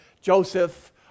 Joseph